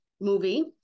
movie